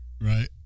Right